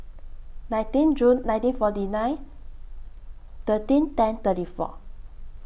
nineteen June nineteen forty nine thirteen ten thirty four